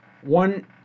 one